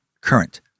current